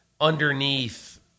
underneath